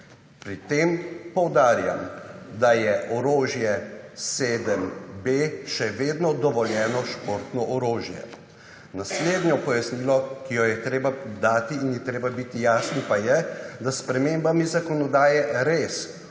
Pri tem poudarjam, da je orožje 7B še vedno dovoljeno športno orožje. Naslednje pojasnilo, ki ga je treba dati in je treba biti jasen, pa je, da s spremembami zakonodaje res